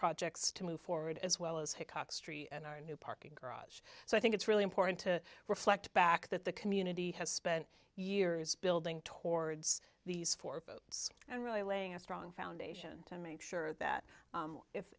projects to move forward as well as hickox tree and our new parking garage so i think it's really important to reflect back that the community has spent years building towards these four votes and really laying a strong foundation to make sure that